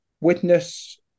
Witness